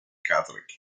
catholic